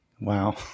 Wow